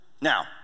Now